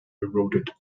eroded